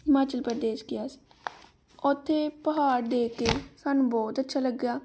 ਹਿਮਾਚਲ ਪ੍ਰਦੇਸ਼ ਗਿਆ ਸੀ ਉੱਥੇ ਪਹਾੜ ਦੇਖ ਕੇ ਸਾਨੂੰ ਬਹੁਤ ਅੱਛਾ ਲੱਗਿਆ